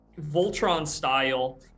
Voltron-style